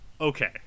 okay